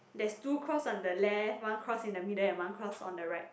there's two cross on the left one cross in the middle and one cross on the right